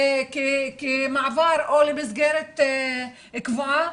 כמעבר או למסגרת קבועה,